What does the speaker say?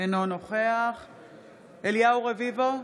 אינו נוכח אליהו רביבו,